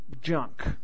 junk